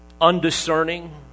undiscerning